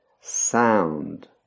sound